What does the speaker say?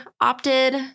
opted